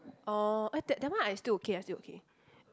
orh eh that that one I still okay I still okay